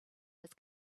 his